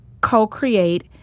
co-create